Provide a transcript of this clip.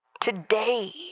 Today